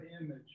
image